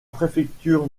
préfecture